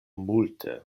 multe